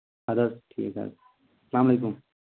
اَدٕ حظ ٹھیٖک حظ السلام علیکُم